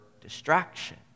distraction